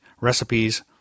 recipes